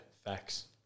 facts